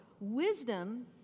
Wisdom